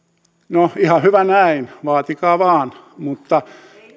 no ihan hyvä näin vaatikaa vain mutta